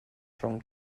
rhwng